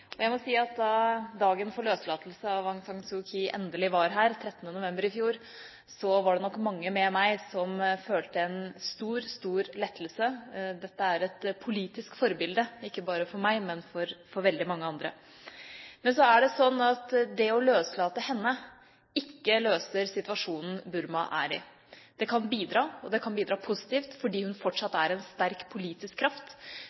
konflikt. Jeg må si at da dagen for løslatelse av Aung San Suu Kyi endelig var her den 13. november i fjor, var det nok mange med meg som følte en stor, stor lettelse. Dette er et politisk forbilde, ikke bare for meg, men for veldig mange andre. Men så er det sånn at det å løslate henne ikke løser situasjonen Burma er i. Det kan bidra – det kan bidra positivt – fordi hun fortsatt er en sterk politisk kraft